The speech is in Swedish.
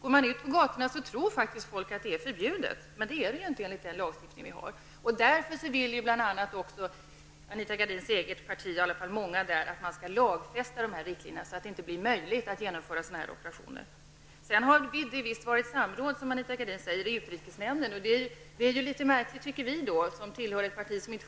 Om man går ut på gatorna och talar med folk framgår det att folk tror att det är förbjudet, men det är det ju inte enligt den nuvarande lagstiftningen. Därför vill bl.a. många även inom Anita Gradins eget parti att man skall lagfästa dessa riktlinjer så att det inte blir möjligt att genomföra sådana operationer. Det har, som Anita Gradin säger, varit samråd i utrikesnämnden. Men vi i vänsterpartiet får över huvud taget inte delta i utrikesnämnden.